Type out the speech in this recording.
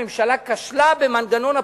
הממשלה כשלה במנגנון הפיצוי,